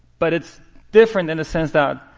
but it's different in the sense that,